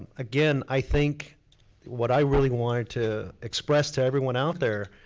again i think what i really wanted to express to everyone out there,